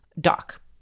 doc